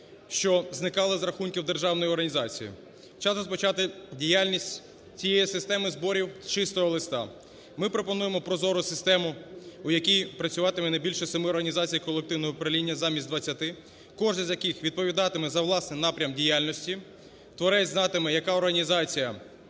що зникали з рахунків державної організації. Час розпочати діяльність цієї системи зборів з чистого листа. Ми пропонуємо прозору систему, у якій працюватиме не більше семи організацій колективного управління замість двадцяти, кожен з яких відповідатиме за власний напрям діяльності. Творець знатиме, яка організація